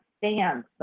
stand